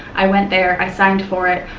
i went there, i signed for it,